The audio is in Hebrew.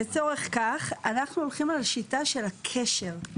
לצורך כך, אנחנו הולכים על שיטה של הקשר.